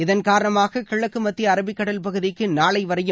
இதன் காரணமாக கிழக்கு மத்திய அரபிக்கடல் பகுதிக்கு நாளை வரையும்